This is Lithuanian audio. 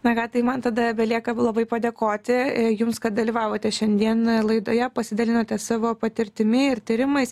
na ką tai man tada belieka labai padėkoti jums kad dalyvavote šiandien laidoje pasidalinote savo patirtimi ir tyrimais